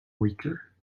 weaker